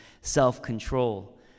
self-control